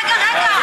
תודה רבה רבה לך.